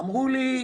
אמרו לי: